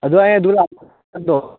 ꯑꯗꯨꯗ ꯑꯩ ꯑꯗꯨꯗ ꯂꯥꯛꯀꯥꯟꯗꯣ